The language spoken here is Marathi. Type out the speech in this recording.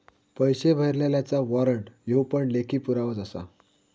पैशे भरलल्याचा वाॅरंट ह्यो पण लेखी पुरावोच आसा